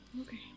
Okay